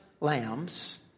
lambs